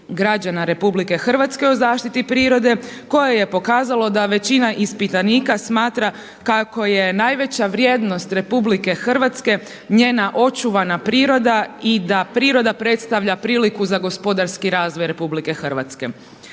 građana RH o zaštiti prirode koje je pokazalo da većina ispitanika smatra kako je najveća vrijednost RH njena očuvana priroda i da priroda predstavlja priliku za gospodarski razvoj RH.